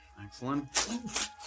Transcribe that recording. Excellent